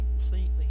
completely